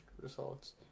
results